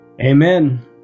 Amen